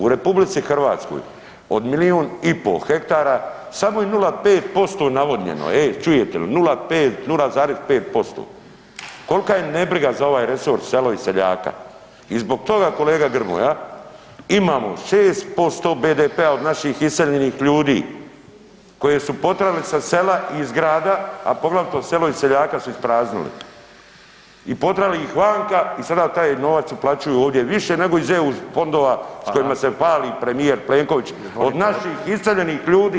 U RH od milijun i po hektara samo je 05% navodnjeno, ej čujete li, 05, 0,5%, kolka je nabriga za ovaj resurs, selo i seljaka i zbog toga kolega Grmoja imamo 6% BDP-a od naših iseljenih ljudi koje su potrali sa sela i iz grada, a poglavito selo i seljaka su ispraznili i potrali ih vanka i sada taj novac uplaćuju više nego iz EU fondova s kojima se fali premijer Plenković, od naših iseljenih ljudi.